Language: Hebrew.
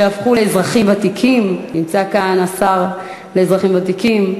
שהפכו לאזרחים ותיקים ונמצא כאן השר לאזרחים ותיקים,